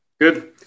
Good